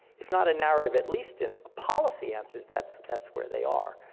if not a narrative, at least in policy answers, that's that's where they are,